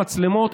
המצלמות,